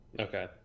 Okay